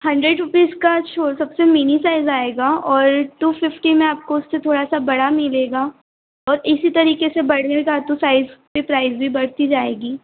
hundred rupees का सु सबसे मिनी साइज़ आएगा और टू फिफ्टी में आपको उससे थोड़ा सा बड़ा मिलेगा और इसी तरीके से बढ़ेगा तो साइज़ पर प्राइस भी बढ़ती जाएगी